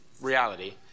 reality